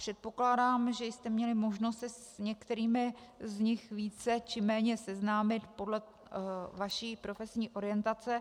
Předpokládám, že jste měli možnost se s některými z nich více či méně seznámit podle vaší profesní orientace.